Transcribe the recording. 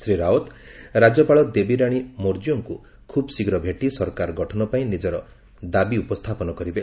ଶ୍ରୀ ରାଓ୍ୱତ ରାଜ୍ୟପାଳ ଦେବୀରାଣୀ ମୌର୍ଯ୍ୟଙ୍କୁ ଖୁବ୍ ଶୀଘ୍ର ଭେଟି ସରକାର ଗଠନ ପାଇଁ ନିଜର ଦାବି ଉପସ୍ଥାପନ କରିବେ